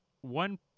one